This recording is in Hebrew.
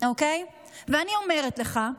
ואני אומרת לך,